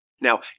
Now